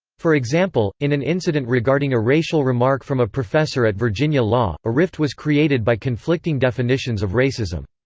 for example, in an incident regarding a racial remark from a professor at virginia law, a rift was created by conflicting definitions of racism.